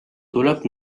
tuleb